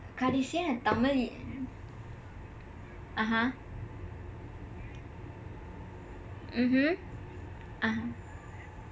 கடைசியா நான் Tamil naan thamizh (uh huh) mmhmm